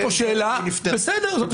יש פה שאלה, בסדר.